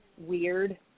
weird